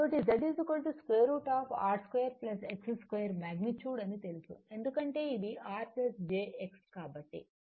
కాబట్టి Z √ R2 X2 magnitude అని తెలుసు ఎందుకంటే ఇది R jX